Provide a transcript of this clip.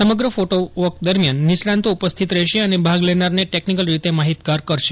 સમગ્ર ફોટોવોક દરમ્યાન નિષ્ફાંતો ઉપસ્થિત રહેશે અને ભાગ લેનારને ટેકનીકલ રીતે થાહિતગાર કરશે